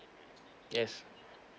yes